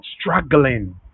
struggling